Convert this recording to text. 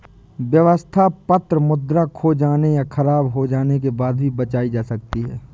व्यवस्था पत्र मुद्रा खो जाने या ख़राब हो जाने के बाद भी बचाई जा सकती है